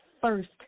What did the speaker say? first